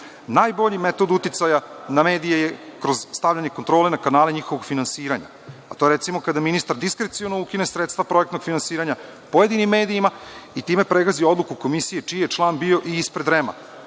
izbore. Najbolji metod uticaja na medije je kroz stavljanje kontrole na kanale njihovog finansiranja, a to je, recimo, kada ministar diskreciono ukine sredstva projektnog finansiranja pojedinim medijima i time pregazi odluku komisije čiji je član bio i ispred REM-a.